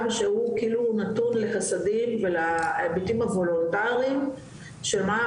שהוא כאילו נתון לחסדים ולהיבטים הוולונטריים של מה,